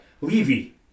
Levy